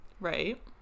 right